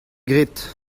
graet